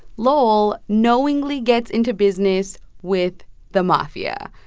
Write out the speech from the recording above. lowell knowingly gets into business with the mafia.